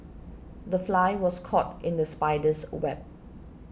the fly was caught in the spider's web